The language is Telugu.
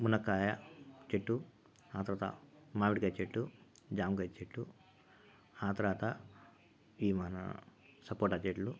మునక్కాయ చెట్టు ఆ తర్వాత మామిడికాయ చెట్టు జామకాయ చెట్టు ఆ తర్వాత ఈ మన సపోటా చెట్లు